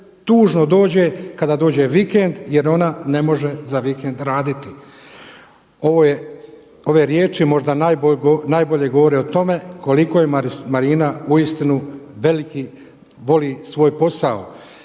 tužno dođe kada dođe vikend jer ona ne može za vikend raditi. Ove riječi možda najbolje govore o tome koliko je Marina uistinu veliki, voli svoj posao.